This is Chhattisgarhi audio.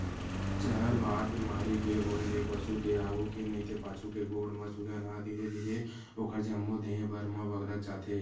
जहरबाद बेमारी के होय ले पसु के आघू के नइते पाछू के गोड़ म सूजन ह धीरे धीरे ओखर जम्मो देहे भर म बगरत जाथे